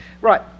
Right